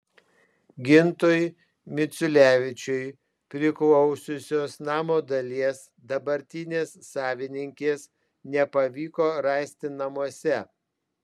gintui miciulevičiui priklausiusios namo dalies dabartinės savininkės nepavyko rasti namuose